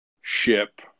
ship